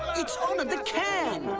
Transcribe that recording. it's on the can!